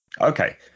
Okay